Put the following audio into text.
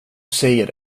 säger